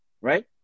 Right